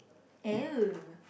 oh